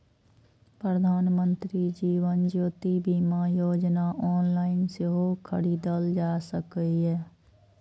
प्रधानमंत्री जीवन ज्योति बीमा योजना ऑनलाइन सेहो खरीदल जा सकैए